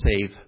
save